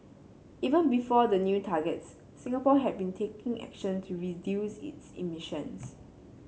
even before the new targets Singapore had been taking action to reduce its emissions